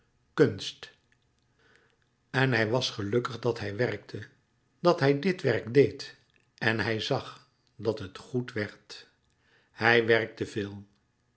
kunst en hij was gelukkig dat hij werkte dat hij dit werk deed en hij zag dat het goed werd hij werkte veel